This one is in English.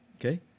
Okay